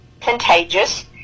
contagious